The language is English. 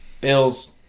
Bills